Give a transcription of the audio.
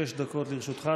שש דקות לרשותך,